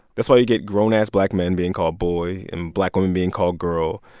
that's why you get grown-ass black men being called boy and black women being called girl.